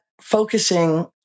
focusing